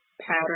pattern